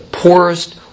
poorest